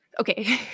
Okay